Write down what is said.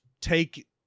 take